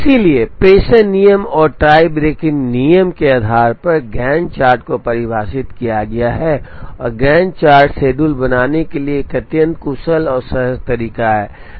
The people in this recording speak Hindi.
इसलिए प्रेषण नियम और टाई ब्रेकिंग नियम के आधार पर गैंट चार्ट को परिभाषित किया गया है और गैन्ट चार्ट शेड्यूल बनाने के लिए एक अत्यंत कुशल और सहज तरीका है